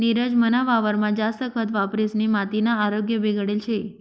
नीरज मना वावरमा जास्त खत वापरिसनी मातीना आरोग्य बिगडेल शे